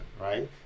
right